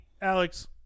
Alex